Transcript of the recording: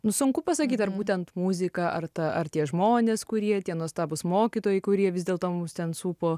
nu sunku pasakyt ar būtent muzika ar ta ar tie žmonės kurie tie nuostabūs mokytojai kurie vis dėlto mus ten supo